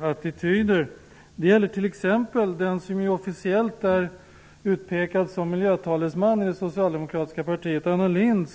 attityd. Det gäller t.ex. den som officiellt är utpekad som miljötalesmannen i det socialdemokratiska partiet, Anna Lindh.